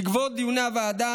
בעקבות דיוני הוועדה,